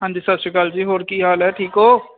ਹਾਂਜੀ ਸਤਿ ਸ਼੍ਰੀ ਅਕਾਲ ਜੀ ਹੋਰ ਕੀ ਹਾਲ ਹੈ ਠੀਕ ਹੋ